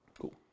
Cool